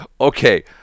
Okay